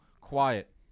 quiet